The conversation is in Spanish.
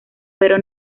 pero